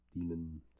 demon